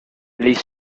les